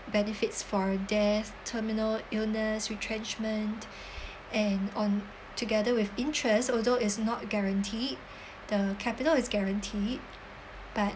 benefits for death terminal illness retrenchment and on together with interest although it's not guaranteed the capital is guaranteed but